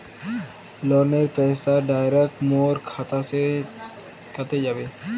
लोनेर पैसा डायरक मोर खाता से कते जाबे?